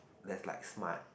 there's like smart